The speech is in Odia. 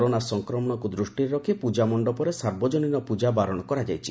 କରୋନା ସଂକ୍ରମଣକ୍ ଦୃଷିରେ ରଖ ପୂଜା ମଣ୍ଡପରେ ସାର୍ବଜନୀନ ପୂଜା ବାରଣ କରାଯାଇଛି